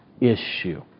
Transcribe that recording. issue